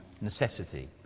necessity